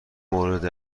مورد